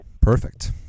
perfect